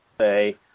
say